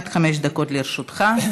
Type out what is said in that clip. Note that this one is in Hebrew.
עד חמש דקות לרשותך.